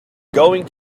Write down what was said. going